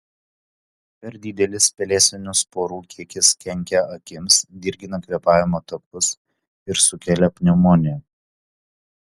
per didelis pelėsinių sporų kiekis kenkia akims dirgina kvėpavimo takus ir sukelia pneumoniją